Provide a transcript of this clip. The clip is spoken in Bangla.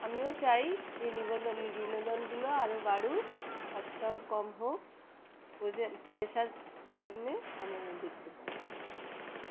আমিও চাই যে নিবেদন বিনোদনগুলো আরও বাড়ুক খরচাও কম হোক পয়সার কারণে আমরা যেন দেখতে পাই